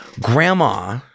Grandma